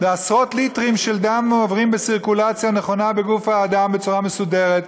ועשרות ליטרים של דם מועברים בסירקולציה נכונה בגוף האדם בצורה מסודרת.